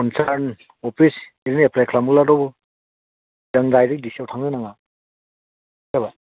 फनसास अफिस एफ्लाय खालामोब्लाथ' जों डाइरेक्ट डिसिआव थांनो नाङा जाबाय